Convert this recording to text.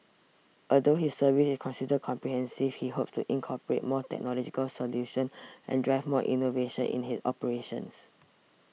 although his service is considered comprehensive he hopes to incorporate more technological solutions and drive more innovation in his operations